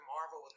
Marvel